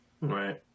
Right